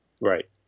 Right